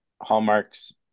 hallmarks